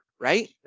right